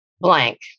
blank